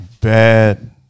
Bad